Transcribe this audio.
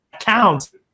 counts